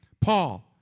Paul